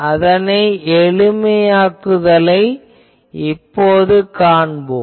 அதன் எளிமையாக்குதலைக் காண்போம்